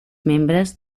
membres